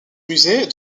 musée